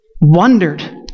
wondered